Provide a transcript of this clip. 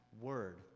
word